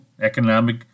economic